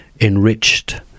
enriched